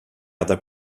other